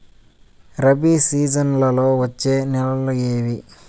రబి సీజన్లలో వచ్చే నెలలు ఏవి?